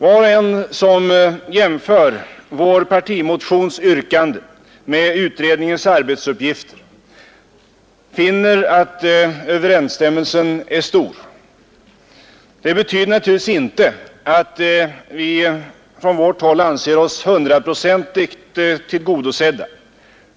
Var och en som jämför vår partimotions yrkande med utredningens arbetsuppgifter finner att överensstämmelsen är stor. Det betyder naturligtvis inte att vi från vårt håll anser oss hundraprocentigt tillgodosedda.